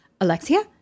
Alexia